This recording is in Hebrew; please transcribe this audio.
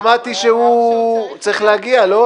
שמעתי שהוא צריך להגיע, לא?